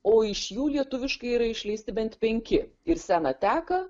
o iš jų lietuviškai yra išleisti bent penki ir sena teka